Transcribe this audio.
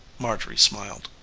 marjorie smiled.